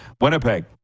Winnipeg